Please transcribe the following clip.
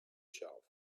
shelf